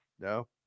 No